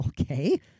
Okay